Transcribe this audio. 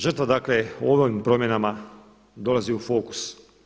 Žrtva dakle u ovim promjenama dolazi u fokus.